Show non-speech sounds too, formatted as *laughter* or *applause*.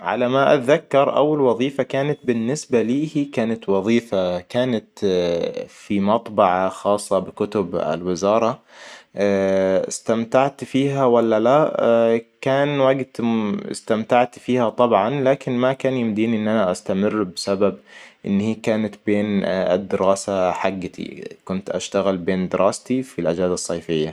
على ما أتذكر أول الوظيفة كانت بالنسبة لي هي كانت وظيفة كانت *hesitation* في مطبعة خاصة بكتب الوزارة. *hesitation* استمتعت فيها ولا لا؟ ا *hesitation* كان وقت *hesitation* إستمتعت فيها طبعاً لكن ما كان يمديني إن أنا أستمر بسبب كانت بين الدراسة حقتي كنت أشتغل بين دراستي في الأجازة الصيفية